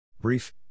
Brief